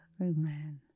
Amen